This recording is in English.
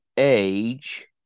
age